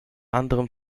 anderem